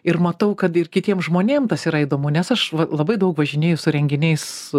ir matau kad ir kitiem žmonėm tas yra įdomu nes aš va labai daug važinėju su renginiais